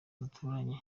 duturanye